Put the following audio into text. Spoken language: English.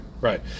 Right